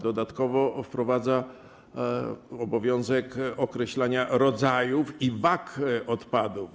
Dodatkowo wprowadza obowiązek określania rodzajów odpadów.